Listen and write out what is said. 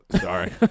Sorry